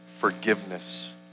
forgiveness